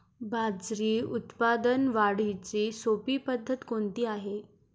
बाजरी उत्पादन वाढीची सोपी पद्धत कोणती आहे?